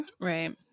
Right